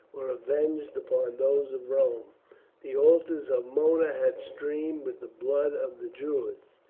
were avenged upon those of rome the altars of mona had streamed with the blood of the druids,